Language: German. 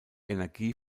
energie